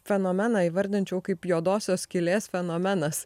fenomeną įvardinčiau kaip juodosios skylės fenomenas